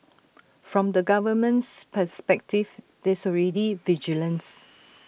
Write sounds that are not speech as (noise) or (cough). from the government's perspective there's already vigilance (noise)